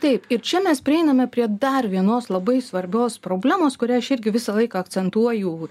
taip ir čia mes prieiname prie dar vienos labai svarbios problemos kurią aš irgi visą laiką centuoju